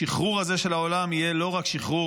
השחרור הזה של העולם יהיה לא רק שחרור